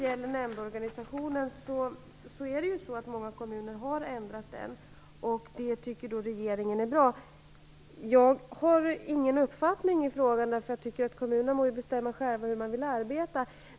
Många kommuner har ändrat nämndorganisationen, och det tycker regeringen är bra. Jag har inte någon uppfattning i frågan, eftersom jag tycker att kommunerna själva må bestämma hur de vill arbeta.